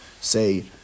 Say